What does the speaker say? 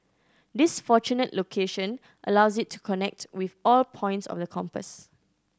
this fortunate location allows it to connect with all points of the compass